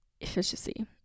Efficiency